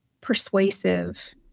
persuasive